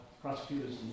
prosecutors